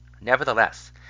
nevertheless